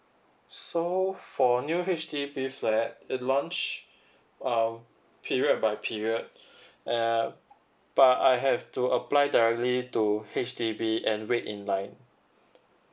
so for new H_D_B flat it launches uh period by period uh but I have to apply directly to H_D_B and wait in line